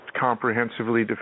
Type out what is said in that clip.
comprehensively